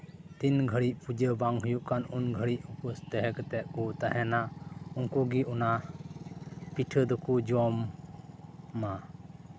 ᱛᱤᱱ ᱜᱷᱟᱹᱲᱤᱡ ᱯᱩᱡᱟᱹ ᱵᱟᱝ ᱦᱩᱭᱩᱜ ᱠᱟᱱ ᱩᱱ ᱜᱷᱟᱹᱲᱤᱡ ᱩᱯᱟᱹᱥ ᱠᱟᱛᱮᱫ ᱠᱚ ᱛᱟᱦᱮᱱᱟ ᱩᱱᱠᱩ ᱜᱮ ᱚᱱᱟ ᱯᱤᱴᱷᱟᱹ ᱫᱚᱠᱚ ᱡᱚᱢᱟ